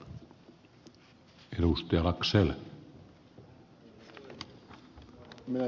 arvoisa puhemies